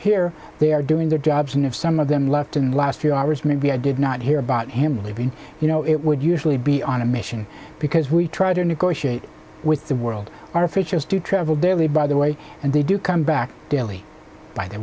here they are doing their jobs and if some of them left in the last few hours maybe i did not hear about him leaving you know it would usually be on a mission because we try to negotiate with the world our officials do travel daily by the way and they do come back daily by the